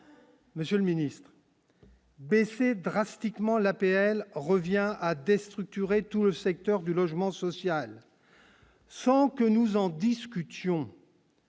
monsieur le Ministre. Baisser drastiquement l'APL revient à déstructurer tout le secteur du logement social, sans que nous en discutions.